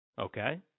Okay